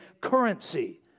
currency